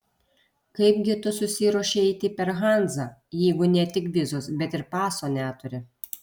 kaip gi tu susiruošei eiti per hanzą jeigu ne tik vizos bet ir paso neturi